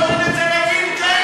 יש לנו הצעה להוריד את זה לגיל תשע.